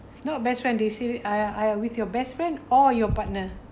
not best friend they say uh uh with your best friend or your partner